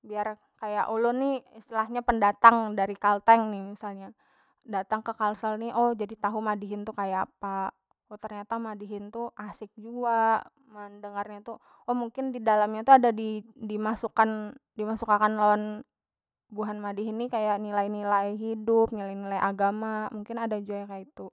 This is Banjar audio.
biar kaya ulun ni istilahnya pendatang dari kalteng ni misalnya datang ke kalsel ni oh jadi tahu madihin tu kaya apa oh ternyata madihin tu asik jua mendengarnya tu oh mungkin didalamnya tu ada dimasukan dimasuk akan lawan buhan madihin ni kaya nilai- nilai hidup nilai- nilai agama mungkin ada jua yang kaitu.